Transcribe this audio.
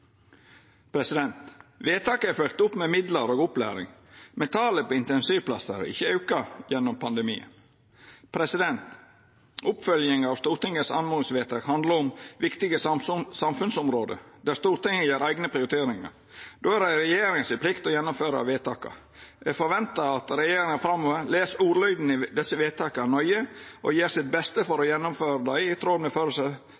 Vedtaket er fylgt opp med midlar og opplæring, men talet på intensivplassar har ikkje auka i løpet av pandemien. Oppfylging av Stortingets oppmodingsvedtak handlar om viktige samfunnsområde der Stortinget gjer eigne prioriteringar. Då har regjeringa plikt til å gjennomføra vedtaka. Det er forventa at regjeringa framover les ordlyden i desse vedtaka nøye og gjer sitt beste for å gjennomføra dei i tråd med